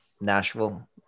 Nashville